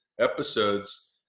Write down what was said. episodes